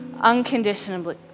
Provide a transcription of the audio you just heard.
unconditionally